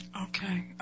Okay